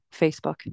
Facebook